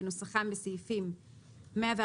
כנוסחם בסעיף 114(5),